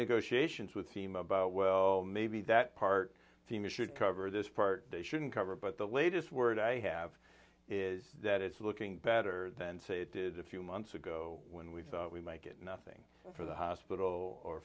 negotiations with team about well maybe that part team should cover this part they shouldn't cover but the latest word i have is that it's looking better than say did a few months ago when we thought we might get nothing for the hospital or